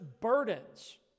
burdens